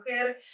Mujer